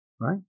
Right